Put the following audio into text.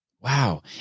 Wow